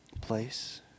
place